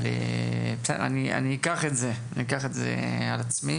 אבל בסדר, אני אקח את זה על עצמי